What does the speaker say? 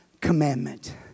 commandment